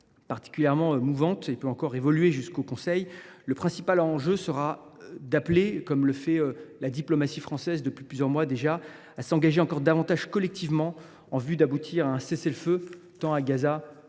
particulièrement mouvante et peut encore évoluer jusqu’au Conseil européen, le principal enjeu sera d’appeler, comme le fait la diplomatie française depuis plusieurs mois déjà, à s’engager encore davantage collectivement en faveur de l’obtention d’un cessez le feu, tant à Gaza qu’au